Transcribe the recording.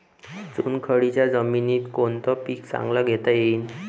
चुनखडीच्या जमीनीत कोनतं पीक चांगलं घेता येईन?